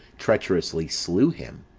treacherously slew him.